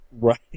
Right